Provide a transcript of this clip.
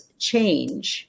change